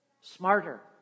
Smarter